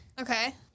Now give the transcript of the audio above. Okay